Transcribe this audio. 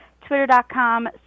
twitter.com